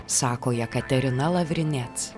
sako jekaterina lavrinec